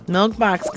Milkbox